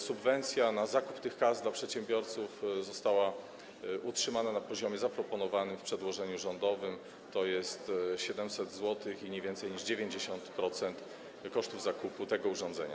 Subwencja na zakup tych kas dla przedsiębiorców została utrzymana na poziomie zaproponowanym w przedłożeniu rządowym, tj. 700 zł i nie więcej niż 90% kosztów zakupu tego urządzenia.